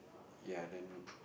ya and then